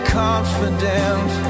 confident